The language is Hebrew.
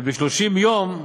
וב-30 יום,